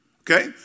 Okay